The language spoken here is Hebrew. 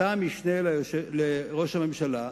שאתה היית בה המשנה לראש הממשלה,